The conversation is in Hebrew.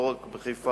לא רק בחיפה: